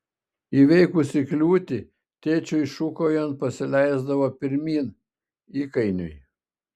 įveikusi kliūtį tėčiui šūkaujant pasileisdavo pirmyn įkainiui